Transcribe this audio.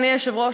אדוני היושב-ראש,